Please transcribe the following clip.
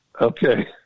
Okay